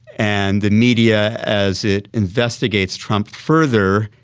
and the media as it investigates trump further,